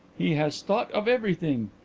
he has thought of everything.